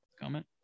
comment